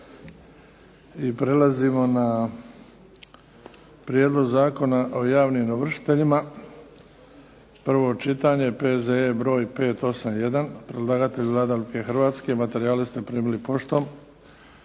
i prelazimo na - Prijedlog zakona o javnim ovršiteljima, prvo čitanje, P.Z.E. br. 581 Predlagatelj Vlada Republike Hrvatske. Materijale ste primili poštom.